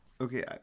Okay